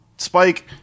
Spike